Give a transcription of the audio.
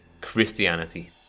Christianity